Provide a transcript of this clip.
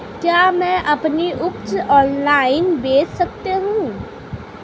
क्या मैं अपनी उपज ऑनलाइन बेच सकता हूँ?